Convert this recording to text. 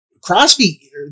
Crosby